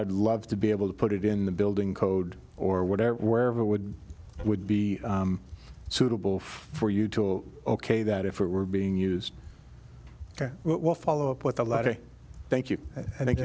i'd love to be able to put it in the building code or whatever where it would would be suitable for for you to ok that if it were being used will follow up with a lot of thank you i think